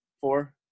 four